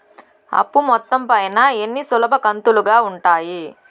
అప్పు మొత్తం పైన ఎన్ని సులభ కంతులుగా ఉంటాయి?